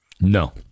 No